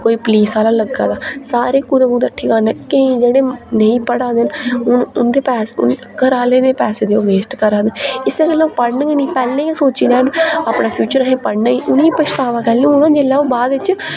police आह्ला लग्गा दा सारे कुतै कुतै ठिकाने केईं जेह्ड़े नेईं पढ़ा देन हून उन्दे पास हून घरै आह्लें दे पैसे वेस्ट करा'दे न इस्सै गल्लै ओह् पढ़न गै नी पैहलें गै सोची लैन अपना फ्यूचर अहें पढ़ना नी उ'नेंगी पछतावा कैह्ल्ली होना जिल्लै ओह् बाद बिच